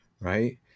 Right